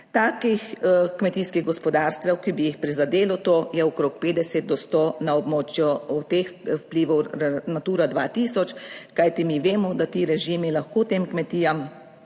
Takih kmetijskih gospodarstev, ki bi jih prizadelo, to je okrog 50 do 100 na območju teh vplivov Natura 2000, kajti mi vemo, da ti režimi lahko tem kmetijam